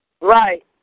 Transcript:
Right